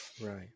Right